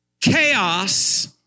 Chaos